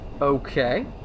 Okay